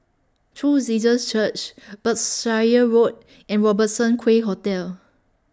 True Jesus Church Berkshire Road and Robertson Quay Hotel